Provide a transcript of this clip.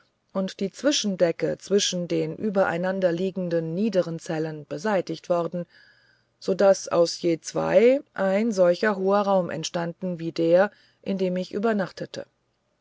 und die zwischendecke zwischen den übereinanderliegenden niederen zellen beseitigt worden so daß aus je zweien ein solch hoher raum entstand wie der in dem ich übernachtete